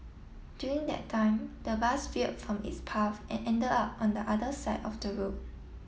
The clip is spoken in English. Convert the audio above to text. during that time the bus veered from its path and ended up on the other side of the road